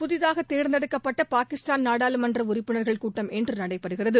புதிதாக தேர்ந்தெடுக்கப்பட்ட பாகிஸ்தான் நாடாளுமன்ற உறுப்பினர்கள் கூட்டம் இன்று நடைபெறுகிறது